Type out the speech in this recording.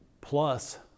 plus